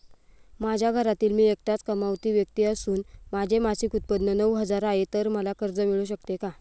माझ्या घरातील मी एकटाच कमावती व्यक्ती असून माझे मासिक उत्त्पन्न नऊ हजार आहे, तर मला कर्ज मिळू शकते का?